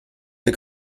der